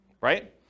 Right